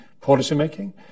policymaking